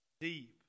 deep